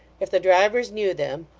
if the drivers knew them,